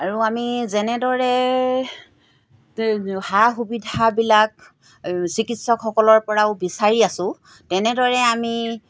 আৰু আমি যেনেদৰে সা সুবিধাবিলাক চিকিৎসকসকলৰপৰাও বিচাৰি আছো তেনেদৰে আমি